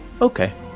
Okay